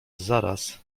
zaraz